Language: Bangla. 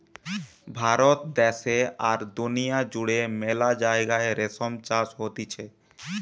ভারত দ্যাশে আর দুনিয়া জুড়ে মেলা জাগায় রেশম চাষ হতিছে